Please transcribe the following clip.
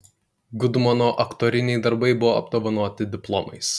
gudmono aktoriniai darbai buvo apdovanoti diplomais